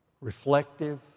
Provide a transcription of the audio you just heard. reflective